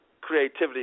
creativity